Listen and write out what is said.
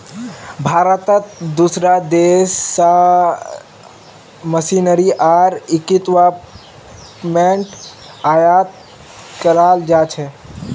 भारतत दूसरा देश स मशीनरी आर इक्विपमेंट आयात कराल जा छेक